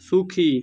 সুখী